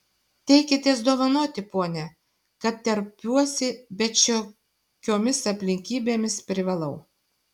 teikitės dovanoti pone kad terpiuosi bet šiokiomis aplinkybėmis privalau